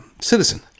citizen